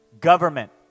Government